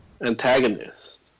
antagonist